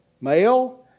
male